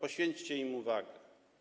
Poświęćcie im uwagę.